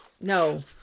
No